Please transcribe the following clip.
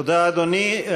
תודה, אדוני.